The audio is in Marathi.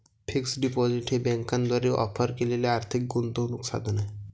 फिक्स्ड डिपॉझिट हे बँकांद्वारे ऑफर केलेले आर्थिक गुंतवणूक साधन आहे